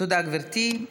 תודה, גברתי.